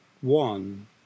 one